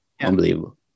unbelievable